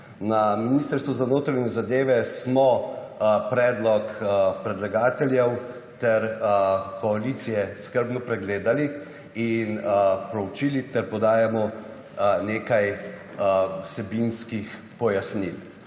Na Ministrstvu za notranje zadeve smo predlog predlagateljev ter koalicije skrbno pregledali in preučili ter podajamo nekaj vsebinskih pojasnil.